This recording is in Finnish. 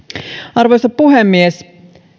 arvoisa puhemies